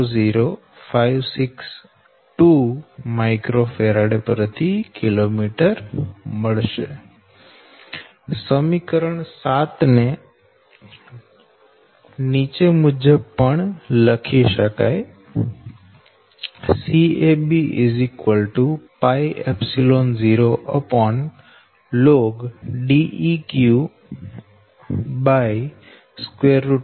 00562 µFkm સમીકરણ 7 ને નીચે મુજબ પણ લખી શકાય CAB0ln Deq DSA